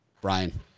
Brian